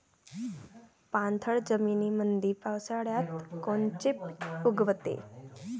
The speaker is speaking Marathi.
पाणथळ जमीनीमंदी पावसाळ्यात कोनचे पिक उगवते?